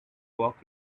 walk